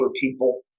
people